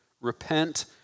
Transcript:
Repent